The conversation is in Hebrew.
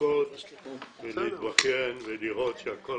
לבכות ולהתבכיין ולראות שהכול